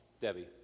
debbie